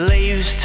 Leaves